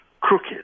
crooked